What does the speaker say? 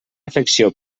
afecció